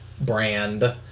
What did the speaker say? brand